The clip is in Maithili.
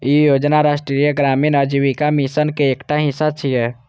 ई योजना राष्ट्रीय ग्रामीण आजीविका मिशन के एकटा हिस्सा छियै